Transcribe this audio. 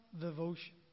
devotion